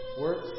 works